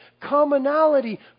commonality